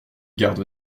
garde